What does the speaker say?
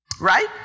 Right